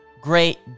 great